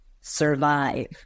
survive